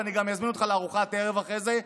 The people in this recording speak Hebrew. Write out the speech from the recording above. ואני גם אזמין אותך לארוחת ערב אחרי זה.